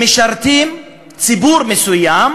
שמשרתים רק ציבור מסוים,